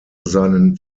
seinen